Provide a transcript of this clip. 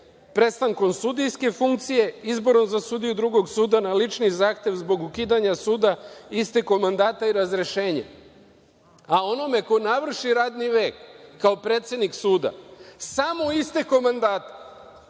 prestankom sudijske funkcije, izborom za sudiju drugog suda na lični zahtev zbog ukidanja suda, istekom mandata i razrešenjem“, a onome ko navrši radni vek kao predsednik suda samo istekom mandata.